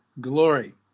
glory